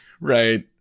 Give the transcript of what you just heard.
right